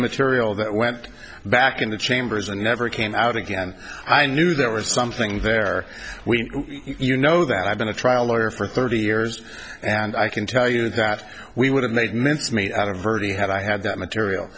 material that went back into chambers and never came out again i knew there was something there we you know that i've been a trial lawyer for thirty years and i can tell you that we would have made mincemeat out of verde had i had that material